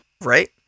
right